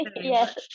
yes